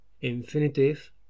infinitive